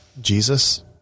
Jesus